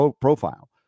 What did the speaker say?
profile